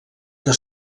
que